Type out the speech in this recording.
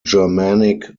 germanic